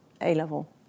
A-level